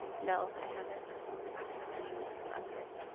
no, i haven't talked with anyone from that party.